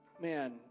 man